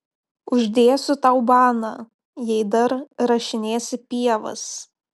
uždėsiu tau baną jei dar rašinėsi pievas